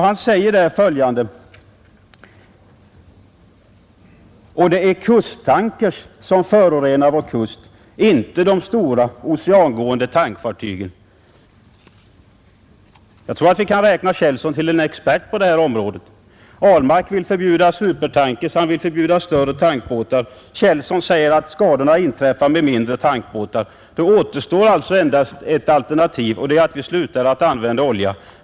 Han sade följande: ”Och det är kusttankers som förorenar vår kust, inte de stora oceangående tankfartygen.” Jag tror att vi kan räkna Källson till experterna på detta område. Herr Ahlmark vill förbjuda supertankers och större tankbåtar. Källson säger att skadorna inträffar med mindre båtar. Då återstår alltså endast ett alternativ, och det är att vi slutar att använda olja.